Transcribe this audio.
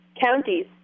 counties